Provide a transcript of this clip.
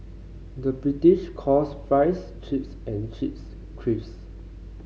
the British calls fries chips and chips